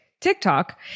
TikTok